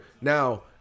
Now